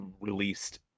released